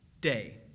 day